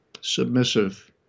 submissive